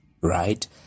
right